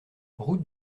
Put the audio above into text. route